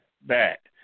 back